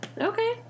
Okay